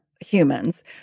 humans